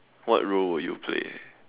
what role will you play